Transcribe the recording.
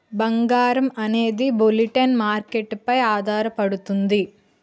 బంగారం అనేది bullion market పై ఆధారపడుతుంది